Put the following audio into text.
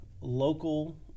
local